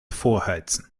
vorheizen